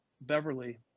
Beverly